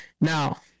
Now